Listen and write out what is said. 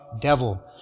devil